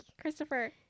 christopher